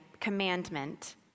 commandment